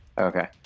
okay